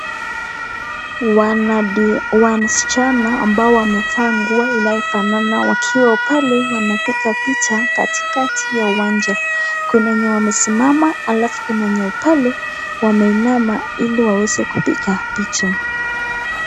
Wasichana ambao wamevaa nguo inayofanana wakiwa pale wanapiga picha katikati ya uwanja. Kuna wenye wamesimama alafu kuna wenye pale wameinama ili waweze kupiga picha.